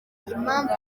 impamvu